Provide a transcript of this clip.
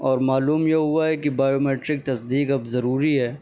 اور معلوم یہ ہوا ہے کہ بایومیٹرک تصدیق اب ضروری ہے